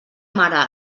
mare